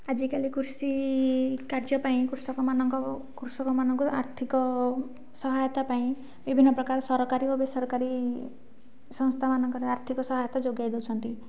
ଆଜିକାଲି କୃଷିକାର୍ଯ୍ୟ ପାଇଁ କୃଷକମାନଙ୍କ କୃଷକମାନଙ୍କୁ ଆର୍ଥିକ ସହାୟତା ପାଇଁ ବିଭିନ୍ନପ୍ରକାର ସରକାରୀ ଓ ବେସରକାରୀ ସଂସ୍ଥା ମାନଙ୍କରେ ଆର୍ଥିକ ସହାୟତା ଯୋଗାଇ ଦେଉଛନ୍ତି